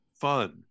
fun